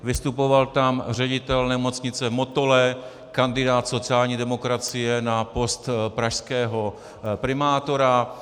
Vystupoval tam ředitel Nemocnice v Motole, kandidát sociální demokracie na post pražského primátora.